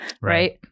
right